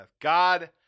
God